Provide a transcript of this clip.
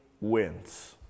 wins